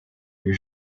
your